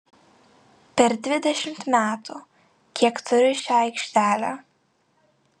per dvidešimt metų kiek turiu šią aikštelę